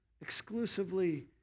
exclusively